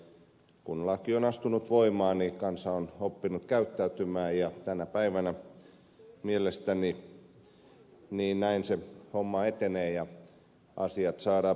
ja kun laki on astunut voimaan niin kansa on oppinut käyttäytymään ja tänä päivänä mielestäni näin se homma etenee ja asiat saadaan pikkuhiljaa järjestykseen